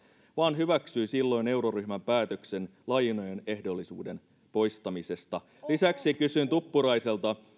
vaan hyväksyi silloin euroryhmän päätöksen lainojen ehdollisuuden poistamisesta lisäksi kysyn tuppuraiselta